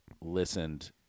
listened